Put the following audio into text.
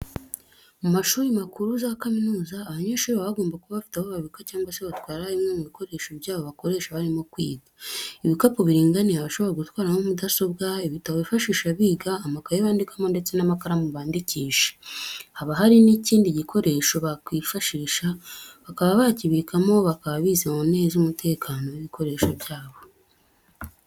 Mu mashuri makuru za kaminuza, abanyeshuri baba bagomba kuba bafite aho babika cyangwa se batwara bimwe mu bikoresho byabo bakoresha barimo kwiga. Ibikapu biringaniye bashobora gutwaramo mudasobwa, ibitabo bifashisha biga, amakaye bandikamo ndetse n'amakaramu bandikisha, haba hari n'ikindi gikoresho bakwifashisha bakaba bakibikamo bakaba bizeye neza umutekano w'ibikoresho byabo.